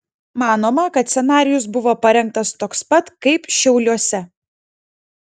manoma kad scenarijus buvo parengtas toks pat kaip šiauliuose